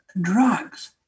drugs